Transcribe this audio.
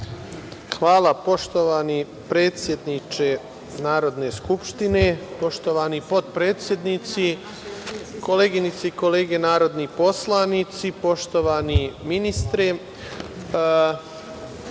Hvala. Poštovani predsedniče Narodne skupštine, poštovani potpredsednici, koleginice i kolege narodni poslanici, poštovani ministre,